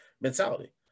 mentality